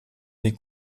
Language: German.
wie